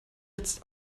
jetzt